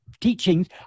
teachings